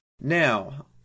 Now